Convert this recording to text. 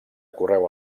correu